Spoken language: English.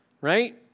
right